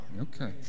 Okay